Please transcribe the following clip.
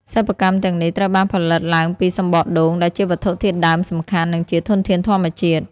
សិប្បកម្មទាំងនេះត្រូវបានផលិតឡើងពី សំបកដូង ដែលជាវត្ថុធាតុដើមសំខាន់ និងជាធនធានធម្មជាតិ។